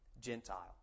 Gentile